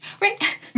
Right